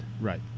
right